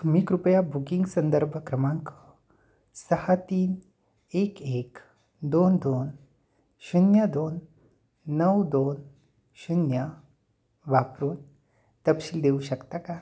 तुम्ही कृपया बुकिंग संदर्भ क्रमांक सहा तीन एक एक दोन दोन शून्य दोन नऊ दोन शून्य वापरून तपशील देऊ शकता का